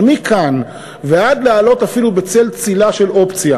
אבל מכאן ועד להעלות אפילו צל-צלה של אופציה